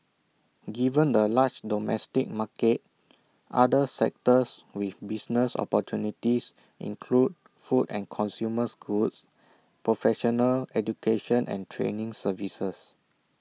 given the large domestic market other sectors with business opportunities include food and consumers goods professional education and training services